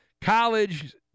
college